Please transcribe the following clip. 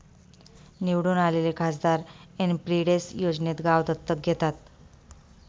निवडून आलेले खासदार एमपिलेड्स योजनेत गाव दत्तक घेतात